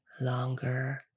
longer